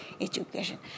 education